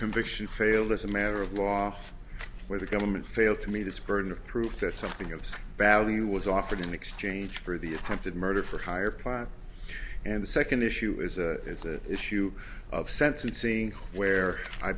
conviction failed as a matter of law where the government failed to meet its burden of proof that something of value was offered in exchange for the attempted murder for hire plot and the second issue is the issue of sense and seeing where i